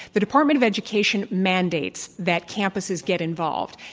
the department of education mandates that campuses get involved